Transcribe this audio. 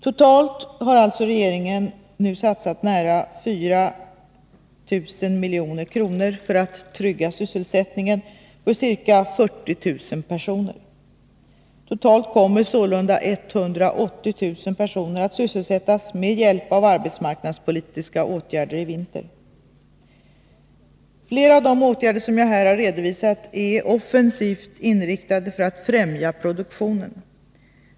Totalt har alltså regeringen nu satsat nära 4 000 milj.kr. för att trygga sysselsättningen för ca 40 000 personer. Totalt kommer sålunda 180 000 personer att sysselsättas med hjälp av arbetsmarknadspolitiska åtgärder i vinter. Flera av de åtgärder som jag här har redovisat är offensivt inriktade för att främja produktionen.